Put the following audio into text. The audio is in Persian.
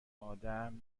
آدم